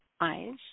eyes